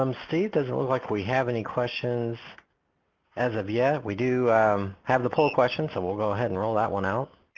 um steve doesn't look like we have any questions as of yet, we do have the poll questions so we'll go ahead and roll that one out.